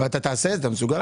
ואתה תעשה את זה אתה מסוגל?